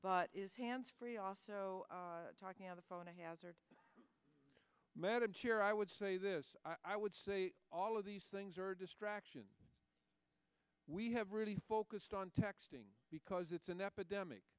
but is hands free also talking on the phone a hazard met i'm sure i would say this i would say all of these things are distractions we have really focused on texting because it's an epidemic